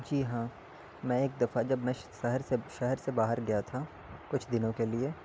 جی ہاں میں ایک دفعہ جب میں شہر سے شہر سے باہر گیا تھا کچھ دنوں کے لیے